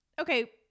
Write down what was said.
okay